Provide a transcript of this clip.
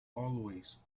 always